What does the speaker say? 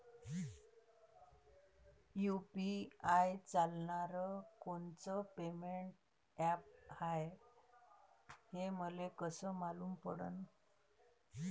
UPI चालणारं कोनचं payment app हाय, हे मले कस मालूम पडन?